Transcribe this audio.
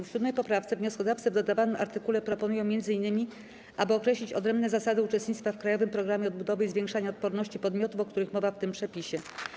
W 7. poprawce wnioskodawcy w dodawanym artykule proponują m.in., aby określić odrębne zasady uczestnictwa w Krajowym Programie Odbudowy i Zwiększania Odporności podmiotów, o których mowa w tym przepisie.